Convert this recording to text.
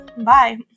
Bye